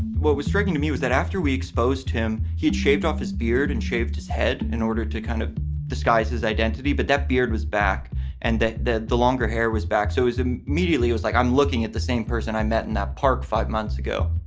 what was striking to me was that after we exposed him, he had shaved off his beard and shaved his head in order to kind of disguise his identity. but that beard was back and that the the longer hair was back. so his immediately was like, i'm looking at the same person i met in that park five months ago